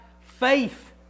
faith